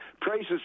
prices